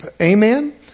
Amen